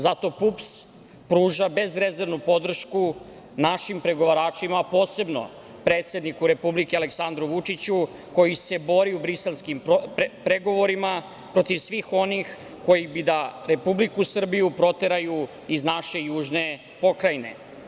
Zato PUPS pruža bezrezervnu podršku našim pregovaračima a posebno predsedniku Republike Aleksandru Vučiću, koji se bori u briselskim pregovorima protiv svih onih koji bi da Republiku Srbiju proteraju iz naše južne pokrajine.